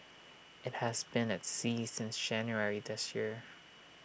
IT has been at sea since January this year